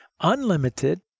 unlimited